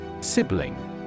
Sibling